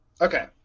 okay